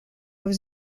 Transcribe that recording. was